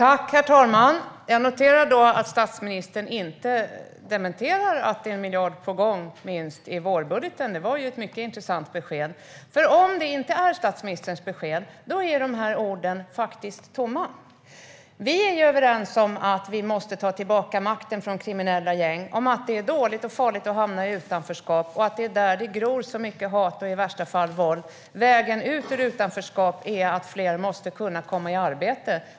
Herr talman! Jag noterar att statsministern inte dementerar att det är på gång minst 1 miljard i vårbudgeten. Det var ett mycket intressant besked. Om det inte är statsministerns besked är dessa ord tomma. Vi är överens om att vi måste ta tillbaka makten från kriminella gäng, att det är dåligt och farligt att hamna i utanförskap och att det är där som det gror så mycket hat och i värsta fall våld. Vägen ut ur utanförskap är att fler måste kunna komma i arbete.